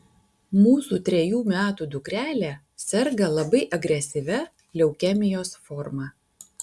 mūsų trejų metų dukrelė serga labai agresyvia leukemijos forma